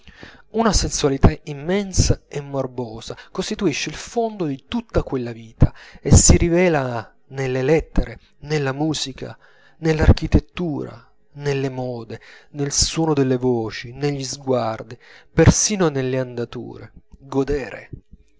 una sensualità immensa e morbosa costituisce il fondo di tutta quella vita e si rivela nelle lettere nella musica nell'architettura nelle mode nel suono delle voci negli sguardi persino nelle andature godere